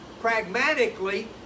pragmatically